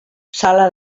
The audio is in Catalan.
sala